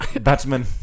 Batman